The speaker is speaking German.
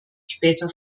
später